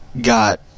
got